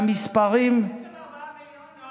יש שם ארבעה מיליון?